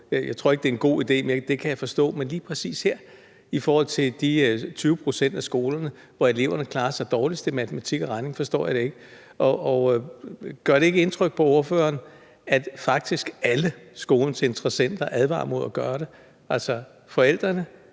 Jeg tror ikke, det er en god idé. Men det kan jeg forstå. Men lige præcis her i forhold til de 20 pct. af skolerne, hvor eleverne klarer sig dårligst i matematik og dansk, forstår jeg det ikke. Gør det ikke indtryk på ordføreren, at faktisk alle skolens interessenter advarer imod at gøre det? Forældrene